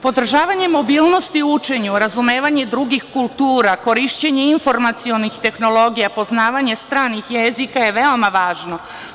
Podržavanjem mobilnosti o učenju, razumevanje drugih kultura, korišćenje informacionih tehnologija, poznavanje stranih jezika je veoma važno.